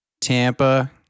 Tampa